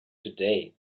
today